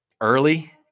early